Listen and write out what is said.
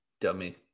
Dummy